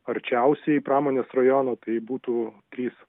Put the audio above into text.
arčiausiai pramonės rajono tai būtų trys